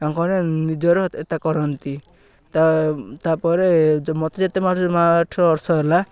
ତାଙ୍କ ନିଜର ଏତେ କରନ୍ତି ତା ତା'ପରେ ମୋତେ ଯେତେ ମାଠୁଛୁ ମାଠ୍ର ଅର୍ଥ ହେଲା